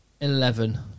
eleven